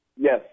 Yes